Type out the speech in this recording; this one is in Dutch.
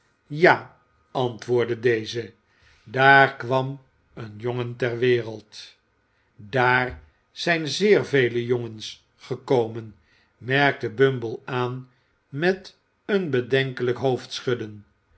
ja antwoordde deze daar kwam een jongen ter wereld daar zijn zeer vele jongens gekomen merkte bumble aan met een bedenkelijk